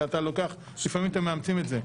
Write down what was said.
ואתה לוקח, לפעמים אתם מאמצים את זה.